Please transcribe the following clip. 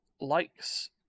likes